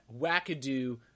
wackadoo